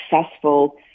successful